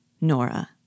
Nora